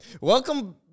Welcome